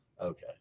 Okay